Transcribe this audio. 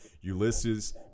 Ulysses